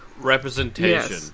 representation